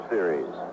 Series